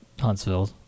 Huntsville